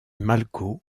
malko